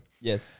Yes